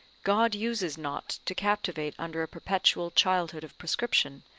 god uses not to captivate under a perpetual childhood of prescription,